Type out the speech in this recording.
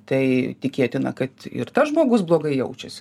tai tikėtina kad ir tas žmogus blogai jaučias